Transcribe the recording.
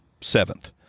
Seventh